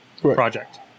project